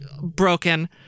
broken